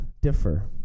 differ